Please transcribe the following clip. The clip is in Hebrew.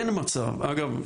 אגב,